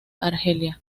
argelia